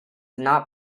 not